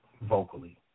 vocally